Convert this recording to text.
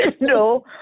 No